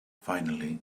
finally